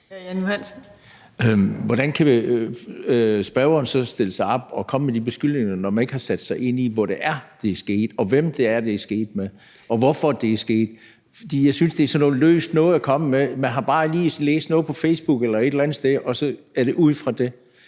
Jan Johansen (S): Hvordan kan spørgeren så stille sig op og komme med de beskyldninger, når man ikke har sat sig ind i, hvor det er, det er sket, og hvem det er, det er sket med, og hvorfor det er sket? Jeg synes, det er sådan noget løst noget at komme med. Man har bare lige læst noget på Facebook eller et eller andet sted, og så er det ud fra det.